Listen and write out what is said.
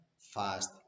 fast